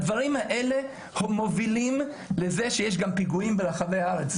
הדברים האלה מובילים לזה שיש פיגועים ברחבי הארץ,